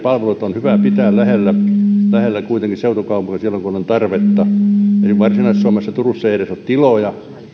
palvelut on hyvä pitää kuitenkin lähellä seutukaupunkeja silloin kun on tarvetta eli varsinais suomessa turussa ei edes ole tiloja